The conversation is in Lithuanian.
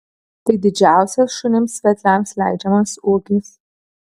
tai didžiausias šunims vedliams leidžiamas ūgis